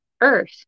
earth